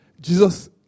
Jesus